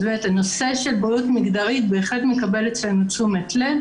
הנושא של בריאות מגדרית בהחלט מקבל אצלנו תשומת לב